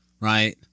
right